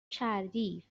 کردی